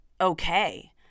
okay